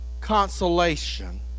consolation